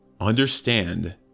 understand